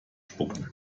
spucken